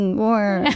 more